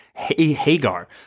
Hagar